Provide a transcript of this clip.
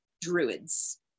druids